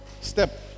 step